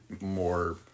more